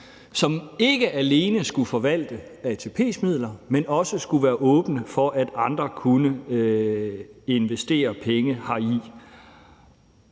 som ikke alene skulle forvalte ATP's midler, men også skulle være åben for, at andre kunne investere penge heri.